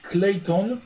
Clayton